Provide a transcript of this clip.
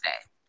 today